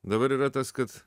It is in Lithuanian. dabar yra tas kad